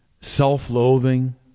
self-loathing